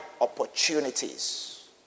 opportunities